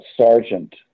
sergeant